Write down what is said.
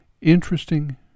interesting